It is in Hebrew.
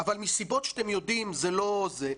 אבל מסיבות שאתם יודעים זה לא זה,